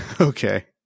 okay